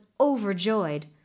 overjoyed